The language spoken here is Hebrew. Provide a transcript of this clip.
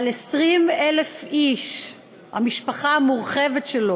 התשע"ו 2016, של חברת הכנסת ענת